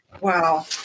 Wow